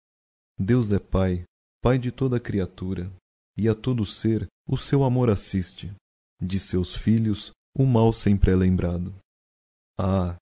deus é pae pae de toda a creatura e a todo o ser o seu amor assiste de seus filhos o mal sempre é lembrado ah